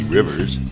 Rivers